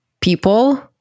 people